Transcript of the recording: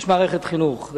יש מערכת חינוך,